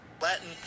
Latin